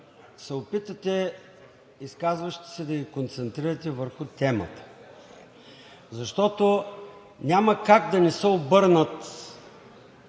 се опитате изказващите се да ги концентрирате върху темата. Защото няма как да не се обърнат,